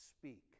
Speak